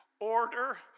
Order